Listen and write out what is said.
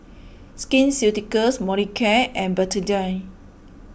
Skin Ceuticals Molicare and Betadine